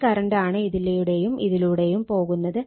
ഒരേ കറണ്ടാണ് ഇതിലൂടെയും ഇതിലൂടെയും പോകുന്നത്